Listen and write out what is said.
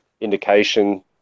indication